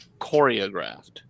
choreographed